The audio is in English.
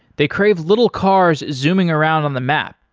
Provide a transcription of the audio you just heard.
they crave little cars zooming around on the map.